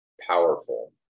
powerful